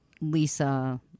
Lisa